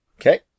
Okay